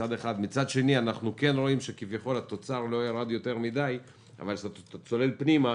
מצד שני אנחנו רואים שהתוצר לא ירד יותר מדי אבל כשצוללים פנימה